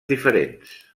diferents